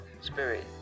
spirit